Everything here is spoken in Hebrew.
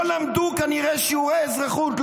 לא למדו כנראה שיעורי אזרחות.